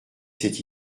cette